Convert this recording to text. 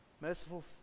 Merciful